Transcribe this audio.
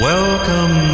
Welcome